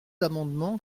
amendements